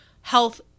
health